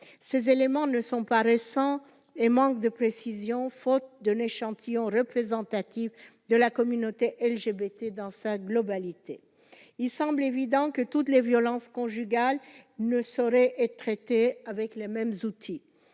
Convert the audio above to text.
ces éléments ne sont pas récents et manque de précision, faute de l'échantillon représentatif de la communauté LGBT dans sa globalité, il semble évident que toutes les violences conjugales ne saurait être traités avec les mêmes outils,